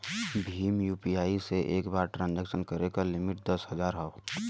Bhim UPI से एक बार में ट्रांसक्शन करे क लिमिट दस हजार हौ